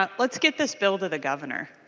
um let's get this bill to the governor.